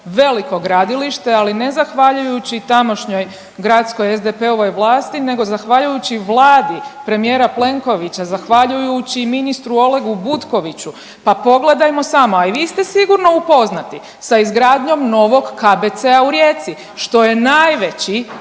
veliko gradilište, ali ne zahvaljujući tamošnjoj gradskoj SDP-ovoj vlasti nego zahvaljujući Vladi premijera Plenkovića, zahvaljujući ministru Olegu Butkoviću, pa pogledajmo samo, a i vi ste sigurno upoznati sa izgradnjom novog KBC-a u Rijeci što je najveći,